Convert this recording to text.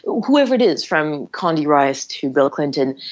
whoever it is from condi rice to bill clinton.